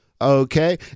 Okay